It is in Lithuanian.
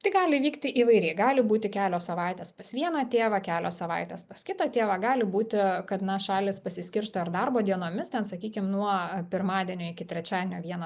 tai gali vykti įvairiai gali būti kelios savaitės pas vieną tėvą kelios savaitės pas kitą tėvą gali būti kad na šalys pasiskirsto ir darbo dienomis ten sakykim nuo pirmadienio iki trečiadienio vieną